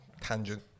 tangent